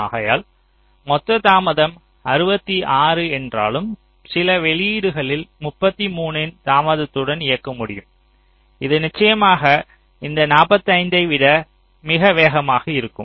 ஆகையால் மொத்த தாமதம் 66 என்றாலும் சில வெளியீடுகளில் 33 இன் தாமதத்துடன் இயக்க முடியும் இது நிச்சயமாக இந்த 45 யை விட மிக வேகமாக இருக்கும்